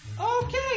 Okay